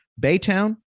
Baytown